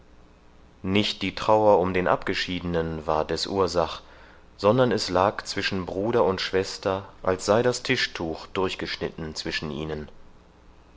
nicht die trauer um den abgeschiedenen war deß ursach sondern es lag zwischen bruder und schwester als sei das tischtuch durchgeschnitten zwischen ihnen